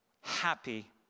happy